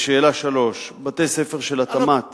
3. בתי-ספר של התמ"ת